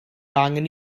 angen